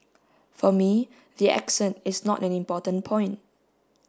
for me the accent is not an important point